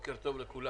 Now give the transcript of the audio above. בוקר טוב לכולם,